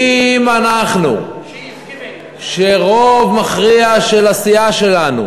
אם אנחנו, שרוב מכריע של חברי הסיעה שלנו